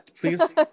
please